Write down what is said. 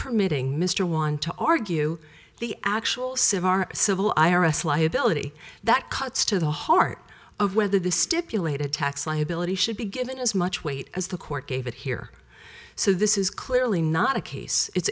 permitting mr one to argue the actual sieve our civil i r s liability that cuts to the heart of whether the stipulated tax liability should be given as much weight as the court gave it here so this is clearly not a case